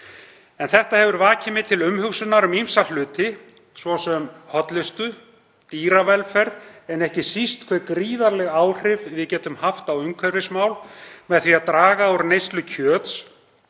En þetta hefur vakið mig til umhugsunar um ýmsa hluti, svo sem hollustu, dýravelferð, en ekki síst hve gríðarleg áhrif við getum haft á umhverfismál með því að draga úr neyslu kjöts